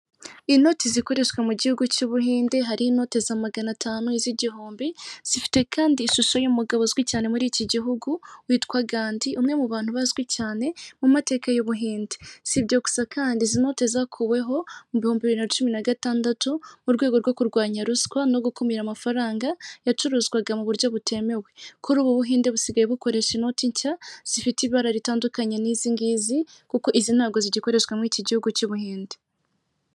Inoti zikoreshwa mu gihugu cy'Ubuhinde hariho inote za magana atanu, iz'igihumbi, zifite kandi ishusho y'umugabo uzwi cyane muri iki gihugu witwa Gandi umwe mu bantu bazwi cyane mu mateka y'Ubuhinde, si ibyo gusa kandi izi note zakuweho mu bihumbi bibiri na cumi na gatandatu mu rwego rwo kurwanya ruswa no gukumira amafaranga yacuruzwaga mu buryo butemewe, kuri ubu Ubuhinde busigaye bukoresha inoti nshya zifite ibara ritandukanye n'izi ngizi kuko izi ntago zigikoreshwa muri iki gihugu cy'Ubuhinde.